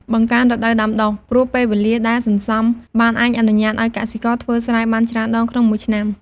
បង្កើនរដូវដាំដុះ ព្រោះពេលវេលាដែលសន្សំបានអាចអនុញ្ញាតឱ្យកសិករធ្វើស្រែបានច្រើនដងក្នុងមួយឆ្នាំ។